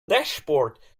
dashboard